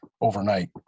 overnight